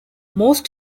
most